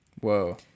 Whoa